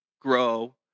grow